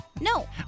No